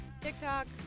TikTok